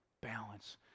balance